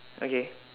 okay